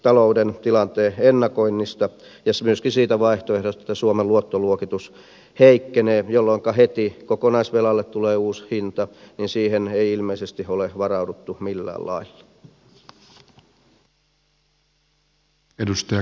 talouden tilanteen ennakointiin ja myöskään siihen vaihtoehtoon että suomen luottoluokitus heikkenee jolloinka heti kokonaisvelalle tulee uusi hinta ei ilmeisesti ole varauduttu millään lailla